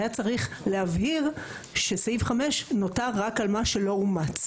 היה צריך להבהיר שסעיף 5 נותר רק על מה שלא אומץ.